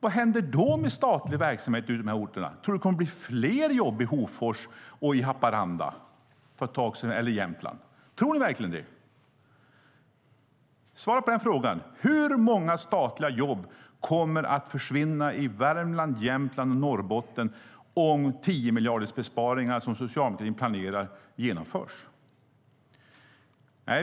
Vad händer då med statlig verksamhet på de här orterna? Tror ni att det kommer att bli fler jobb i Hofors, Haparanda eller Jämtland? Tror ni verkligen det? Svara på den frågan! Hur många statliga jobb kommer att försvinna i Värmland, Jämtland och Norrbotten om de tiomiljardersbesparingar som socialdemokratin planerar genomförs?